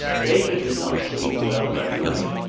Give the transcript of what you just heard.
david did not sleep well that night.